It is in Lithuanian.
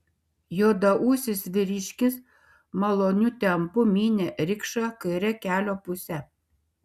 juodaūsis vyriškis maloniu tempu mynė rikšą kaire kelio puse